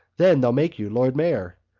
then they'll make you lord mayor.